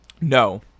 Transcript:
no